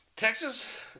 Texas